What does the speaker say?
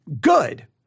good